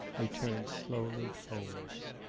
they turned slowly homewards.